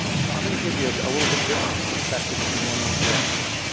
so i'm going to give you a little bit different perspective than you normally get.